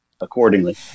accordingly